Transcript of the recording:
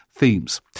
themes